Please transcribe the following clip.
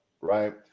right